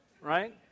Right